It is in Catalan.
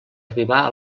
arribar